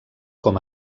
com